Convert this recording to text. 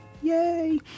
Yay